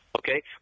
Okay